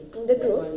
in the group